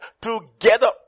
together